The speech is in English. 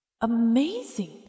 Amazing